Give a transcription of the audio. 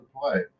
play